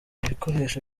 ibikoresho